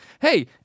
hey